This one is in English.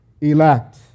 elect